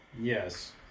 Yes